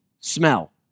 smell